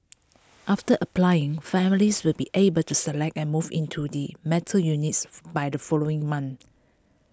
after applying families will be able to select and move into they metal units by the following month